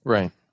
Right